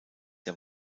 der